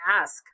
ask